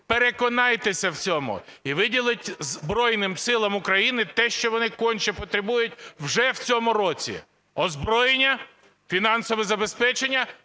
переконайтеся в цьому і виділіть Збройним Силам України те, що вони конче потребують уже в цьому році: озброєння, фінансове забезпечення,